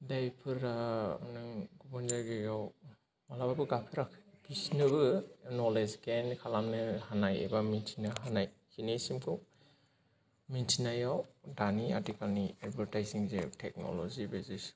जायफोरा नों गुबुन जायगायाव मालाबाबो गाफेराखै बिसिनोबो नलेज गेन खालामनो हानाय बा मोनथिनो हानाय खिनिसिमखौ मिथिनायाव दानि आथिखालानि एडभार्टाइजिं जे टेकनल'जि बेसिस